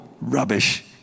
Rubbish